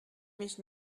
mich